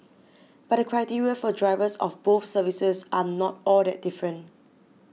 but the criteria for drivers of both services are not all that different